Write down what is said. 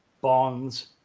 bonds